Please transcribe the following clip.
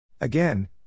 Again